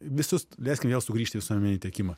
visus leiskim vėl sugrįžti į visuomeninį teikimą